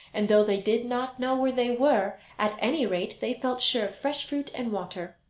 and though they did not know where they were, at any rate they felt sure of fresh fruit and water.